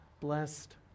blessed